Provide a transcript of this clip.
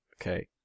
Okay